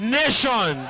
nation